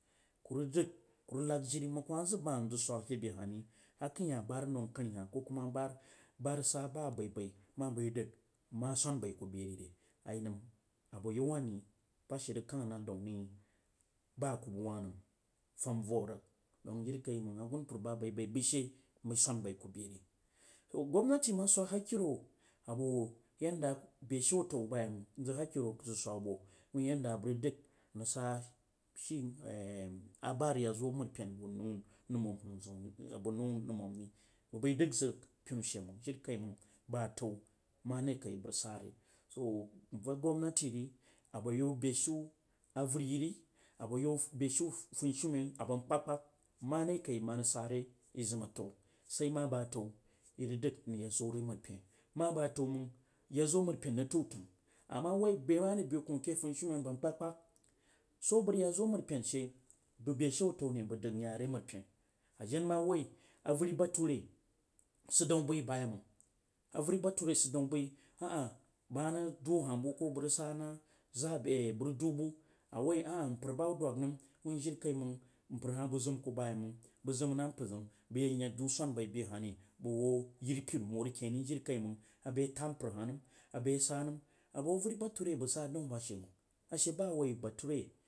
Kurah zag kurag nag jiri mang ku ma zəg bahah nzag zwag ke beheh ri akjinha na zag zwg ke behah to a akinhah ba rag nang kai hah ku ba rag sa ba abaibai ma dag mma swan sai ku be rire? Ayi nəm dou nzi ba a ku bag woh nam fam va ardg dong jiri kai manh agunpari ba bai bai bəishe, bai swon byi ku be rii to gwamnaty wsag hakivo ao yanda a beshin atom baye nang zang hankaroswag do wui yanda abag rag dag nara sa shi a bu rag yaad zu maropen abo nai numon ri m bəidos zas pinu she mang jirikaimanf bag atou mare kaisə rəg sa re. So nvak gomnaty ri aboyaou seshiu avarriyiyi abo yau beshin punisheumen aba nəz kapskaps marekai ima rag sare izim atao, saima ba ato irəg dəng n rah ya zo re bo waripen ma ba rag tau təng, ama wsibe be marebe koh ake funishemen aba nam kpagkpag swj bag rag ya zo mbai pen he bag beshi atau ne ba rag dag n yazo re marpen a jen ma wsi avari bature rip daun bəi ba yei məng avari bature siddan bəi rag su n za bag ra duu bu awoi alah mpar ba huh dwas nam wui jirikaimang mpar huh bəg zim ku bayei mang ba zim nu mpar zəun bag ye yak nye duu swon boi be hah ri səg hoo yiri piri n how rag ken ri jirikaimang abag ye tad mpar hah nəm abəg ye se nəm abu auri bature bag sa daun bashe məng ashe ba a wsi bature.